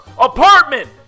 apartment